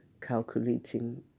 calculating